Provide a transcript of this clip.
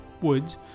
woods